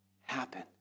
happen